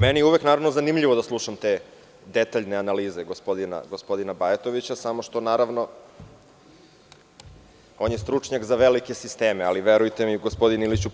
Meni je uvek zanimljivo da slušam te detaljne analize gospodina Bajtovića, samo što, naravno, on je stručnjak za velike sisteme, ali verujte mi, gospodine Iliću,